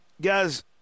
Guys